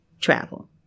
travel